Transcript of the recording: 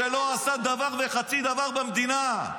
לא עשה דבר וחצי דבר במדינה,